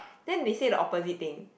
then they say the opposite thing